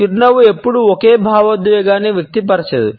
చిరునవ్వు ఎప్పుడూ ఒక్క భావోద్వేగాన్నే వ్యక్తపరచదు